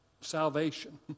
salvation